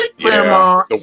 Grandma